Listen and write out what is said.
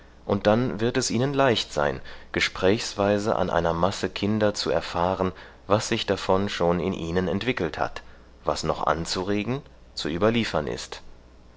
und dann wird es ihnen leicht sein gesprächsweise an einer masse kinder zu erfahren was sich davon schon in ihnen entwickelt hat was noch anzuregen zu überliefern ist